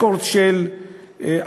רקורד של השכלה,